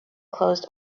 closed